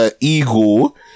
Eagle